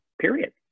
period